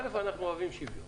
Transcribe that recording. א', אנחנו אוהבים שוויון.